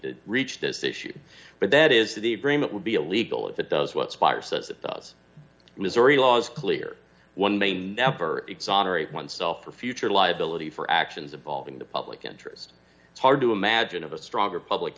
to reach this issue but that is the agreement would be illegal if it does what fire says it does missouri laws clear one may never exonerate oneself for future liability for actions involving the public interest hard to imagine of a stronger public